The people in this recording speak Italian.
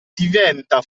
diventa